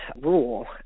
rule